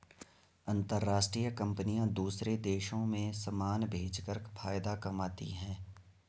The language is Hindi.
अंतरराष्ट्रीय कंपनियां दूसरे देशों में समान भेजकर फायदा कमाती हैं